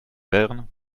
bern